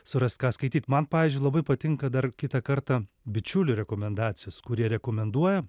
surast ką skaityt man pavyzdžiui labai patinka dar kitą kartą bičiulių rekomendacijos kurie rekomenduoja